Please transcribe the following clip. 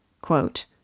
Quote